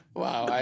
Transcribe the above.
wow